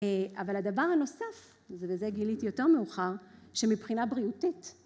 אבל הדבר הנוסף, זה בזה גיליתי יותר מאוחר, שמבחינה בריאותית.